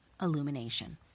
illumination